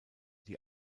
die